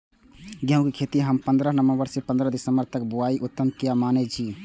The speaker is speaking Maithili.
गेहूं के खेती हम पंद्रह नवम्बर से पंद्रह दिसम्बर तक बुआई उत्तम किया माने जी?